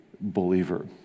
believer